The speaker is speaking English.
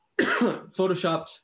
photoshopped